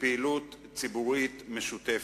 מפעילות ציבורית משותפת.